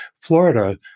Florida